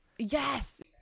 yes